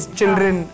children